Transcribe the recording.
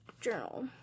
journal